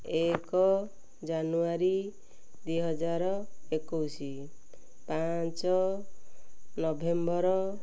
ଏକ ଜାନୁଆରୀ ଦୁଇ ହଜାର ଏକୋଇଶ ପାଞ୍ଚ ନଭେମ୍ବର